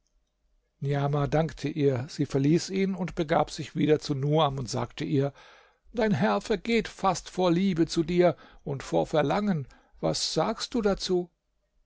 niamah dankte ihr sie verließ ihn und begab sich wieder zu nuam und sagte ihr dein herr vergeht fast vor liebe zu dir und vor verlangen was sagst du dazu